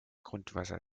grundwasser